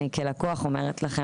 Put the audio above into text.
אני כלקוח אומרת לכם,